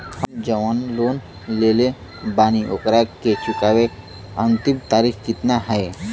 हम जवन लोन लेले बानी ओकरा के चुकावे अंतिम तारीख कितना हैं?